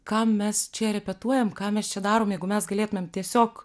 kam mes čia repetuojam kam mes čia darom jeigu mes galėtumėm tiesiog